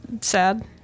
sad